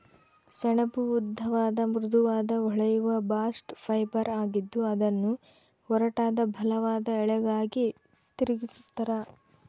ಸೆಣಬು ಉದ್ದವಾದ ಮೃದುವಾದ ಹೊಳೆಯುವ ಬಾಸ್ಟ್ ಫೈಬರ್ ಆಗಿದ್ದು ಅದನ್ನು ಒರಟಾದ ಬಲವಾದ ಎಳೆಗಳಾಗಿ ತಿರುಗಿಸ್ತರ